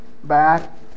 back